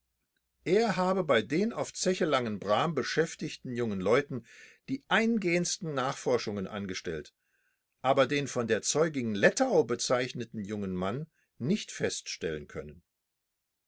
er habe bei den auf zeche langenbrahm beschäftigten jungen leuten die eingehendsten nachforschungen angestellt aber den von der zeugin lettau bezeichneten jungen mann nicht feststellen können